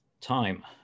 time